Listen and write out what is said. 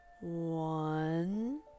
one